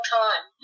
time